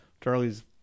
Charlie's